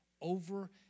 over